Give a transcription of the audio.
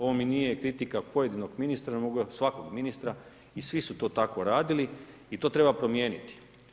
Ovo mi nije kritika pojedinog ministra … svakog ministra i svi su to tako radili i to treba promijeniti.